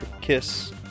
Kiss